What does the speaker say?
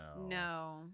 No